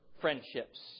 friendships